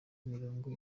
mirongo